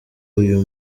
uyu